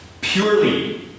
purely